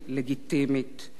מי שלא חי את הטירוף הזה,